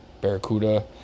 Barracuda